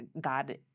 God